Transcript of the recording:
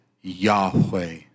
Yahweh